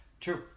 True